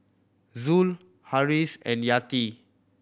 Zul Harris and Yati